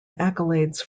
accolades